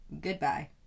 Goodbye